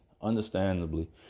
Understandably